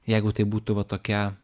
jeigu tai būtų va tokia